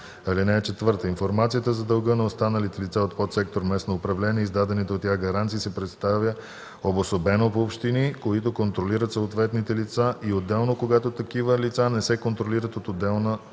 създава ал. 4: „(4) Информацията за дълга на останалите лица от подсектор „Местно управление” и издадените от тях гаранции се представя обособено по общини, които контролират съответните лица, и отделно – когато такива лица не се контролират от отделна община.”